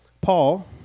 Paul